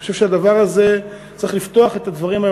אני חושב שצריך לפתוח את הדברים האלו